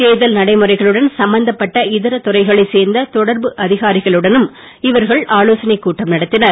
தேர்தல் நடைமுறைகளுடன் சம்பந்தப்பட்ட இதர துறைகளைச் சேர்ந்த தொடர்பு அதிகாரிகளுடனும் இவர்கள் ஆலோசனை கூட்டம் நடத்தினர்